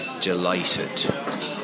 delighted